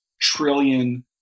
trillion